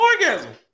orgasm